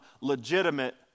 legitimate